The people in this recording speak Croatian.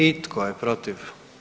I tko je protiv?